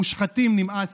מושחתים, נמאסתם.